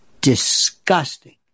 disgusting